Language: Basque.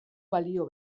balio